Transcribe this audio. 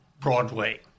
Broadway